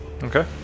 Okay